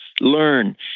Learn